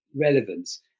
relevance